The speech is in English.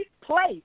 place